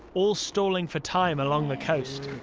all stalling for time along the coast.